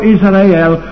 Israel